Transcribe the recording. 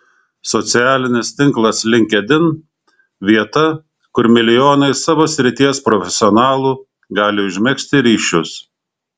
socialinis tinklas linkedin vieta kur milijonai savo srities profesionalų gali užmegzti ryšius